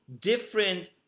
different